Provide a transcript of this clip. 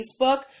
Facebook